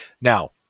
Now